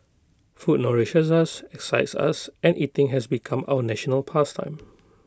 food nourishes us excites us and eating has become our national past time